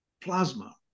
plasma